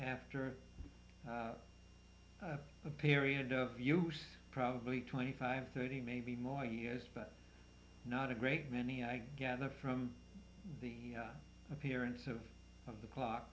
after a period of use probably twenty five thirty maybe more years but not a great many i gather from the appearance of of the clock